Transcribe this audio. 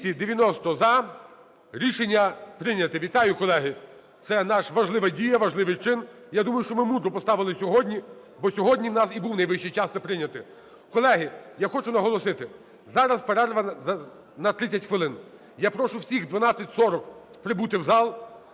Вітаю, колеги. Це наша важлива дія, наш важливий чин. Я думаю, що ми мудро поставили сьогодні, бо сьогодні у нас і був найвищий час це прийняти. Колеги, я хочу наголосити, зараз перерва на 30 хвилин. Я прошу всіх о 12:40 прибути в зал,